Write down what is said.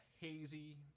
hazy